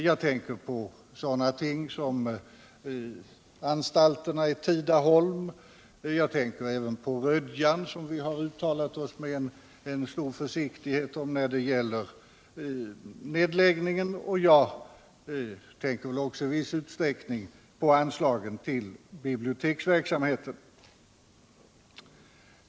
Jag tänker på sådana ting som anstalterna i Tidaholm och Norrtälje. Jag tänker även på Rödjan, beträffande vilken vi har uttalat oss med stor försiktighet när det gäller nedläggningen. Jag tänker också i viss utsträckning på anslagen till biblioteksverksamhet.